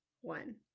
one